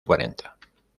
cuarenta